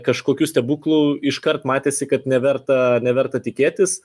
kažkokių stebuklų iškart matėsi kad neverta neverta tikėtis